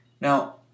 Now